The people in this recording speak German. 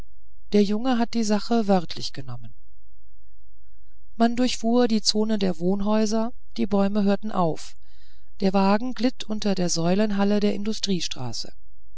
der junge hat die sache wörtlich genommen man durchfuhr die zone der wohnhäuser die bäume hörten auf der wagen glitt unter die säulenhallen der